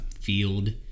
field